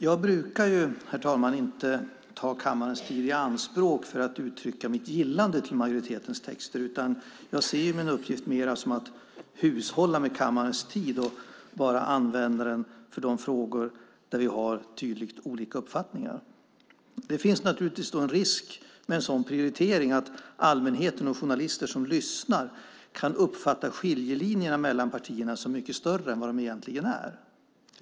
Jag brukar ju, herr talman, inte ta kammarens tid i anspråk för att uttrycka mitt gillande av majoritetens texter, utan jag ser min uppgift som att hushålla med kammarens tid och enbart använda den för de frågor där vi har olika uppfattning. Det finns naturligtvis en risk med en sådan prioritering, nämligen att allmänhet och journalister som lyssnar kan uppfatta skiljelinjerna mellan partierna som mycket större än de egentligen är.